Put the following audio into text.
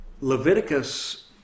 Leviticus